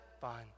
Fine